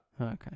Okay